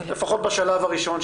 לפחות בשלב הראשון,